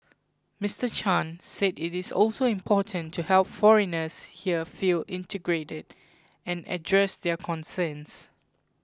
Mister Chan said it is also important to help foreigners here feel integrated and address their concerns